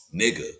nigga